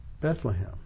Bethlehem